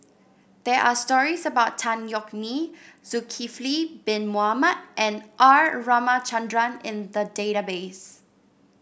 there are stories about Tan Yeok Nee Zulkifli Bin Mohamed and R Ramachandran in the database